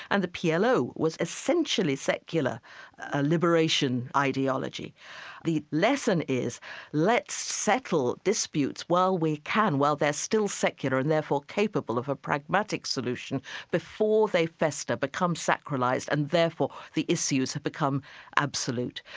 and the plo was essentially secular ah liberation ideology the lesson is let's settle disputes while we can, while they're still secular and therefore capable of a pragmatic solution before they fester, become sacralized and therefore the issues have become absolute.